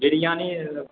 biryani